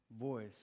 voice